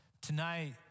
tonight